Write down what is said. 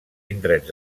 indrets